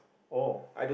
oh